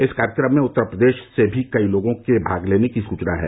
इस कार्यक्रम में उत्तर प्रदेश से भी कई लोगों के भाग लेने की सुचना है